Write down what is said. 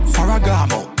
Faragamo